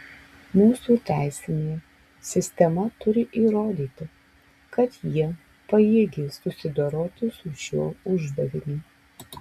mūsų teisinė sistema turi įrodyti kad ji pajėgi susidoroti su šiuo uždaviniu